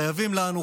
חייבים לנו,